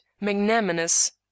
magnanimous